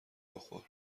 بخور